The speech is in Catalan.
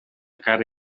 cara